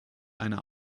einer